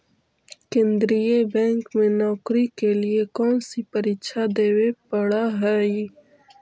केन्द्रीय बैंक में नौकरी के लिए कौन सी परीक्षा देवे पड़ा हई